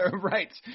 Right